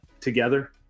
together